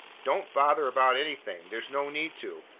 don't bother about anything. there's no need to.